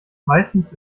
meistens